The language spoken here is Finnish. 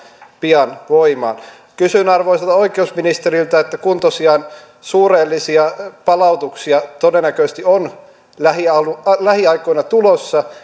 pian voimaan kysyn arvoisalta oikeusministeriltä kun tosiaan suurellisia palautuksia todennäköisesti on lähiaikoina tulossa